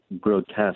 grotesque